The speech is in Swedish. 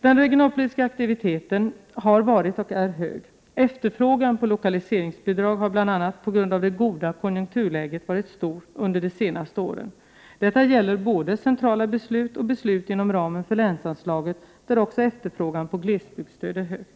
Den regionalpolitiska aktiviteten har varit och är hög. Efterfrågan på lokaliseringsbidrag har bl.a. på grund av det goda konjunkturläget varit stor under de senaste åren. Detta gäller både centrala beslut och beslut inom ramen för länsanslaget, där också efterfrågan på glesbygdsstöd är hög.